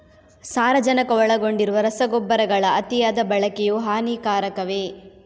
ಸಾರಜನಕ ಒಳಗೊಂಡಿರುವ ರಸಗೊಬ್ಬರಗಳ ಅತಿಯಾದ ಬಳಕೆಯು ಹಾನಿಕಾರಕವೇ?